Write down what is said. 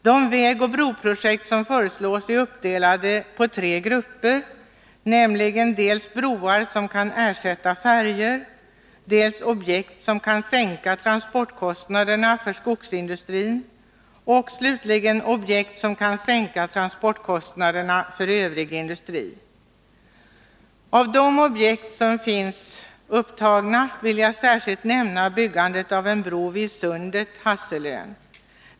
De vägoch broprojekt som föreslås är uppdelade på tre grupper, nämligen broar som kan ersätta färjor, objekt som kan sänka transportkostnaderna för skogsindustrin och objekt som kan sänka transportkostnaderna för övrig industri. Av de objekt som finns upptagna vill jag särskilt nämna byggandet av en bro vid Sundet-Hasselön.